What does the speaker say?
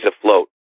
afloat